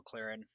McLaren